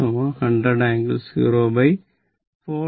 2 o ampere